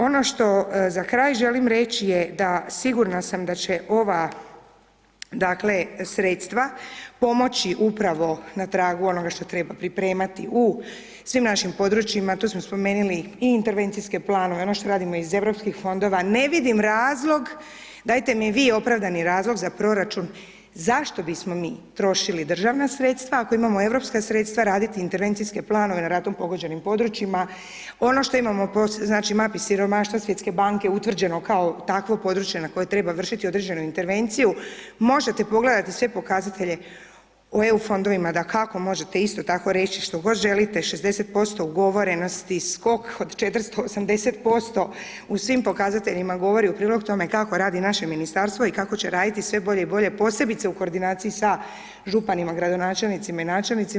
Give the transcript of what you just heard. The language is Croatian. Ono što za kraj želim reći, je da, sigurna sam da će ova sredstva pomoći u pravo na tragu onoga što treba pripremati u svim našim područjima, tu smo spomenuli i intervencijske planove ono što radimo iz europskih fondova, ne vidim razlog, dajte mi vi opravdani razlog za proračun, zašto bismo mi trošili državna sredstva ako imamo europska sredstva raditi intervencijske planove na ratom pogođenim područjima, ono što imamo po mapi siromaštva svjetske banke, utvrđeno kao takvo područje na koje treba vršiti određenu intervenciju, možete pogledati sve pokazatelje o EU fondovima, dakako možete isto tako reći što god želite 60% ugovoreno skok od 480% u svim pokazateljima, govori u prilog tome kako radi naše ministarstvo i kako će raditi sve bolje i bolje, posebice u koordinaciji sa županima, gradonačelnicima, načelnicima.